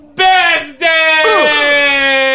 birthday